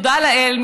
תודה לאל,